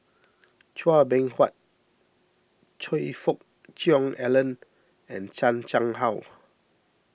Chua Beng Huat Choe Fook Cheong Alan and Chan Chang How